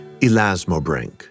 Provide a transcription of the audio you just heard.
elasmobranch